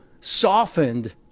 softened